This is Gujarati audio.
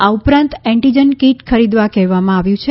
આ ઉપરાંત એન્ટિજન કીટ ખરીદવા કહેવામાં આવ્યું છે